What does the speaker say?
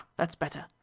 that's better.